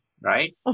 right